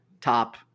top